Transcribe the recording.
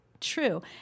true